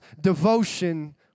devotion